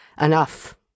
enough